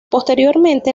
posteriormente